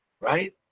right